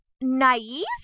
naive